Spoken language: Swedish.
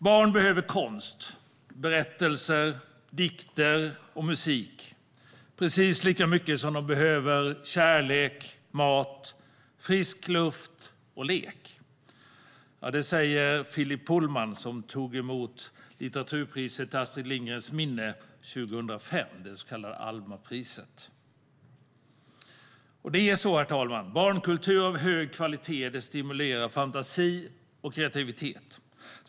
Barn behöver konst, berättelser, dikter och musik precis lika mycket som de behöver kärlek, mat, frisk luft och lek. Det säger Philip Pullman, som tog Litteraturpriset till Astrid Lindgrens minne, ALMA-priset, 2005. Herr talman! Barnkultur av hög kvalitet stimulerar fantasi och kreativitet.